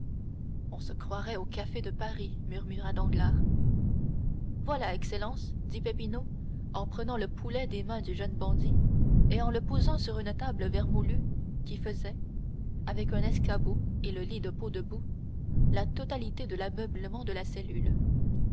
on se croirait au café de paris murmura danglars voilà excellence dit peppino en prenant le poulet des mains du jeune bandit et en le posant sur une table vermoulue qui faisait avec un escabeau et le lit de peaux de bouc la totalité de l'ameublement de la cellule